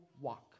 walk